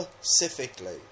specifically